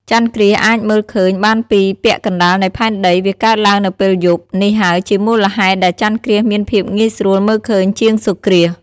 ចន្ទគ្រាសអាចមើលឃើញបានពី ពាក់កណ្ដាលនៃផែនដី វាកើតឡើងនៅពេលយប់ នេះហើយជាមូលហេតុដែលចន្ទគ្រាសមានភាពងាយស្រួលមើលឃើញជាងសូរ្យគ្រាស ។